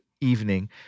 evening